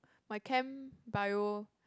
my chem bio